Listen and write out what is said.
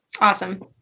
Awesome